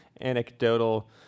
anecdotal